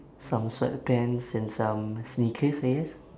some sweatpants and some sneakers I guess